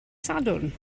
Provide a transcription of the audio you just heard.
sadwrn